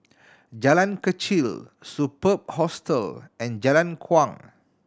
Jalan Kechil Superb Hostel and Jalan Kuang